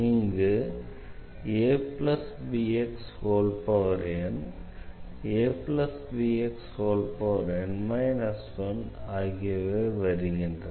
இங்கு ஆகியவை வருகின்றன